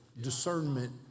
discernment